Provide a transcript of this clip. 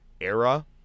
era